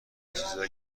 چیزایی